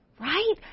right